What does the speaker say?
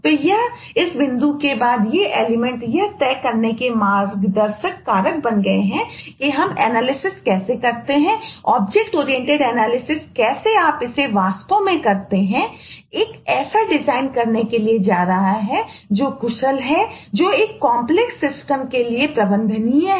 तो यह इस बिंदु के बाद ये एलिमेंट के लिए प्रबंधनीय है